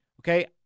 okay